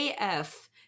AF